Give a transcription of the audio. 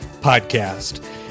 Podcast